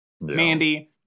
Mandy